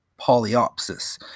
polyopsis